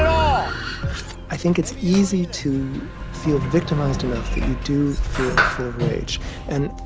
um i think it's easy to feel victimised enough that you do feel full of rage and,